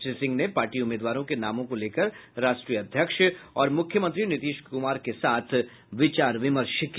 श्री सिंह ने पार्टी उम्मीदवारों के नामों को लेकर राष्ट्रीय अध्यक्ष और मुख्यमंत्री नीतीश कुमार के साथ विचार विमर्श किया